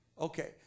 Okay